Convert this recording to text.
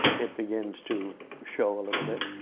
it begins to show a little bit.